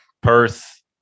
perth